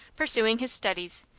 pursuing his studies,